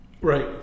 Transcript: Right